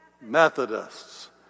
Methodists